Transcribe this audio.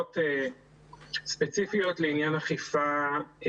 ברובן לומדות במסגרות של מעיין החינוך התורני והחינוך